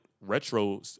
retro